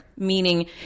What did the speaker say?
Meaning